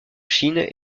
chine